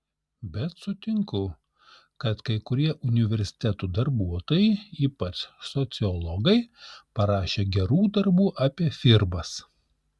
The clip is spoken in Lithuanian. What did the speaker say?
bet sutinku kad kai kurie universitetų darbuotojai ypač sociologai parašė gerų darbų apie firmas